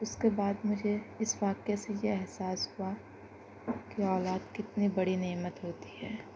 اس کے بعد مجھے اِس واقعے سے یہ احساس ہوا کہ اولاد کتنی بڑی نعمت ہوتی ہے